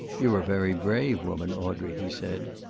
you're a very brave woman, audrey, he said.